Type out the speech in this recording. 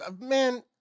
man